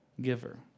giver